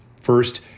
First